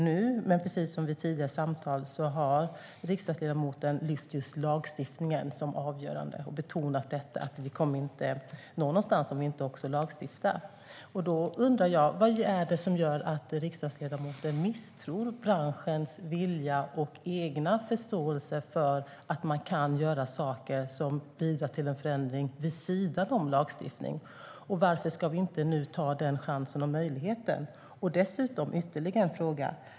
Nu, precis som vid tidigare samtal, har riksdagsledamoten lyft fram att lagstiftningen är avgörande och betonat att vi inte kommer att nå fram om vi inte också lagstiftar. Vad är det som gör att riksdagsledamoten misstror branschens vilja och egna förståelse för att vidta åtgärder som bidrar till en förändring vid sidan om lagstiftning? Varför inte nu ta den chansen och möjligheten? Jag har ytterligare en fråga.